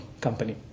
company